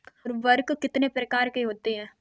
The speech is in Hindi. उर्वरक कितने प्रकार के होते हैं?